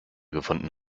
gefunden